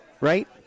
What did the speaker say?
Right